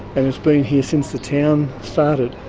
and it's been here since the town started,